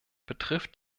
betrifft